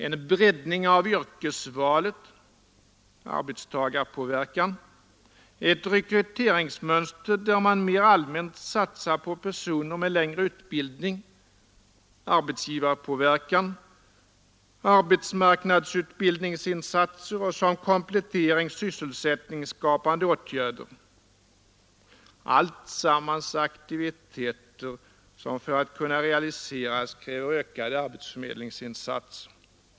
En breddning av yrkesvalet — arbetstagarpåverkan — ett rekryteringsmönster där man mera allmänt satsar på personer med längre utbildning — arbetsgivarpåverkan — arbetsmarknadsutbildningsinsatser och som komplettering sysselsättningsskapande åtgärder. Alltsammans aktiviteter som — för att kunna realiseras — kräver ökade arbetsförmedlingsinsatser.